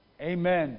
Amen